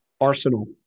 arsenal